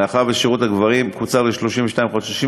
מאחר ששירות הגברים קוצר ל־32 חודשים,